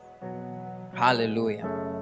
Hallelujah